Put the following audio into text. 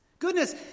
Goodness